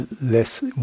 less